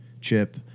chip